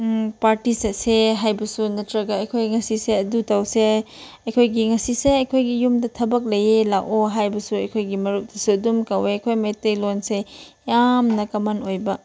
party ꯆꯠꯁꯦ ꯍꯥꯏꯕꯁꯨ ꯅꯠꯇ꯭ꯔꯒ ꯑꯩꯈꯣꯏ ꯉꯁꯤꯁꯦ ꯑꯗꯨ ꯇꯧꯁꯦ ꯑꯩꯈꯣꯏꯒꯤ ꯉꯁꯤꯁꯦ ꯑꯩꯈꯣꯏꯒꯤ ꯌꯨꯝꯗ ꯊꯕꯛ ꯂꯩꯌꯦ ꯂꯥꯛꯑꯣ ꯍꯥꯏꯕꯁꯨ ꯑꯩꯈꯣꯏꯒꯤ ꯃꯔꯨꯞꯇꯁꯨ ꯑꯗꯨꯝ ꯀꯧꯋꯦ ꯑꯩꯈꯣꯏ ꯃꯩꯇꯩꯂꯣꯟꯁꯦ ꯌꯥꯝꯅ ꯀꯃꯟ ꯑꯣꯏꯕ